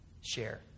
share